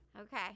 Okay